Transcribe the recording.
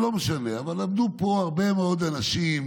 לא משנה, אבל עמדו פה הרבה מאוד אנשים,